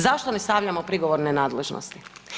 Zašto ne stavljamo prigovor nenadležnosti?